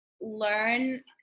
learn